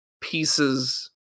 pieces